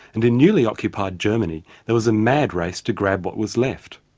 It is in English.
and in newly occupied germany there was a mad race to grab what was left.